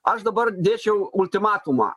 aš dabar dėčiau ultimatumą